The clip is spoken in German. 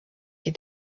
die